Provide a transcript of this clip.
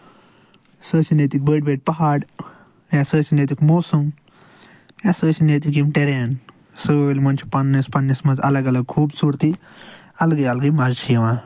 سُہ ٲسِنۍ ییٚتِکۍ بٔڑۍ بٔڑۍ پَہاڑ یا سُہ ٲسِنۍ ییٚتیُک موسَم یا سُہ ٲسِنۍ ییٚتِکۍ یِم ٹٮ۪رین سٲلمَن چھِ پَنٕنس پَنٕنِس منٛز اَلگ اَلگ خوٗبصوٗرتی اَلگٕے اَلگٕے مَزٕ چھِ یِوان